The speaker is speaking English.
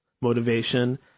motivation